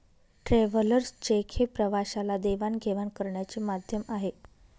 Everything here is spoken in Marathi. ट्रॅव्हलर्स चेक हे प्रवाशाला देवाणघेवाण करण्याचे माध्यम आहे